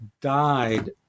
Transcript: died